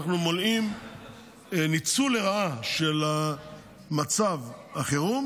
אנחנו מונעים ניצול לרעה של מצב החירום